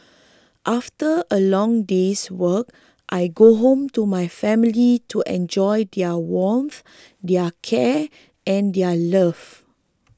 after a long day's work I go home to my family to enjoy their warmth their care and their love